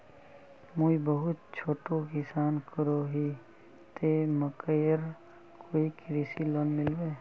मुई बहुत छोटो किसान करोही ते मकईर कोई कृषि लोन मिलबे?